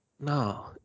No